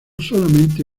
solamente